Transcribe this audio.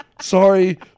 Sorry